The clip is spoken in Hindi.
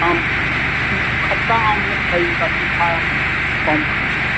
हाँ खट्टा आम मत खाइएगा मीठा कम खाइएगा